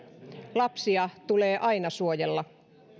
lapsia tulee aina suojella